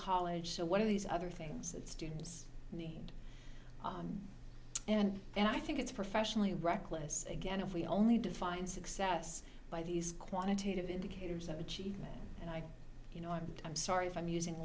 college so what are these other things that students need and then i think it's professionally reckless again if we only define success by these quantitative indicators of achievement and i you know i'm i'm sorry if i'm using